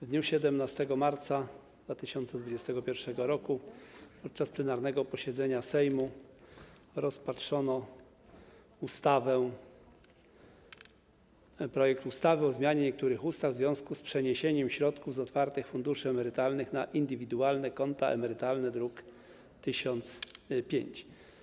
W dniu 17 marca 2021 r. podczas plenarnego posiedzenia Sejmu rozpatrzono projekt ustawy o zmianie niektórych ustaw w związku z przeniesieniem środków z otwartych funduszy emerytalnych na indywidualne konta emerytalne, druk nr 1005.